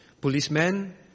Policemen